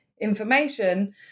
information